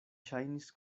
ŝajnis